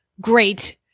great